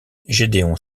gédéon